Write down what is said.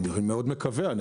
אני מאוד מקווה.